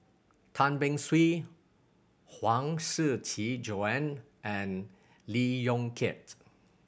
Tan Beng Swee Huang Shiqi Joan and Lee Yong Kiat